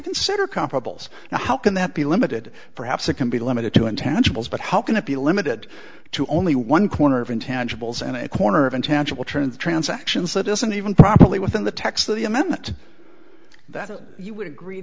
consider comparables now how can that be limited perhaps it can be limited to intangibles but how can it be limited to only one quarter of intangibles in a corner of intangible turned transactions that isn't even properly within the text of the amendment that you would agree